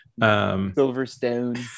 Silverstone